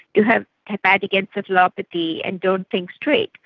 you have hepatic encephalopathy and don't think straight.